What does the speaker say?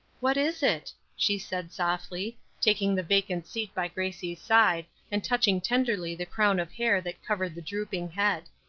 what is it? she said, softly, taking the vacant seat by grace's side, and touching tenderly the crown of hair that covered the drooping head.